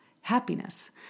happiness